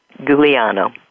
Gugliano